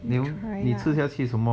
try lah